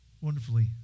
Wonderfully